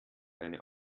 eine